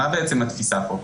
מה בעצם התפיסה פה?